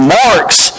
marks